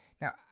Now